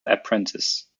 apprentice